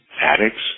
addicts